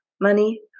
money